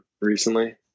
recently